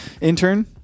intern